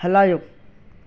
हलायो